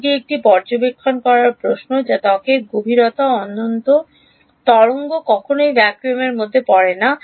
এটি একটি পর্যবেক্ষণ করা প্রশ্ন যা ত্বকের গভীরতা অনন্ত তরঙ্গ কখনই ভ্যাকুয়ামের মধ্যে পড়ে না